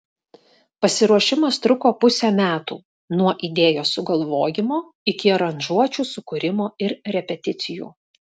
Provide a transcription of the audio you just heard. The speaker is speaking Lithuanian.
pasiruošimas truko pusę metų nuo idėjos sugalvojimo iki aranžuočių sukūrimo ir repeticijų